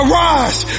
rise